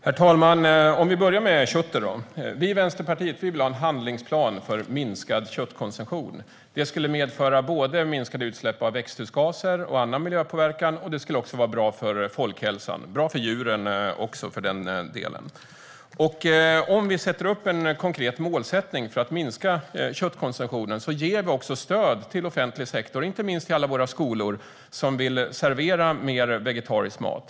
Herr talman! Om vi börjar med köttet vill vi i Vänsterpartiet ha en handlingsplan för minskad köttkonsumtion. Det skulle både medföra minskade utsläpp av växthusgaser och annan miljöpåverkan och vara bra för folkhälsan och för djuren också, för den delen. Om vi sätter upp en konkret målsättning för att minska köttkonsumtionen ger vi också stöd till offentlig sektor, inte minst alla våra skolor, som vill servera mer vegetarisk mat.